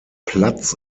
platz